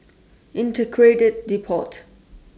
Integrated Depot